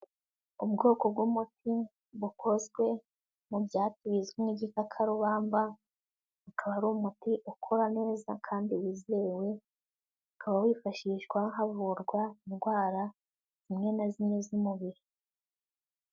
Ubwoko bw'umuti bukozwe mu byatsi bizwi nk'igikakarubamba, ukaba ari umuti ukora neza kandi wizewe, ukaba wifashishwa havurwa indwara zimwe na zimwe z'umubiri.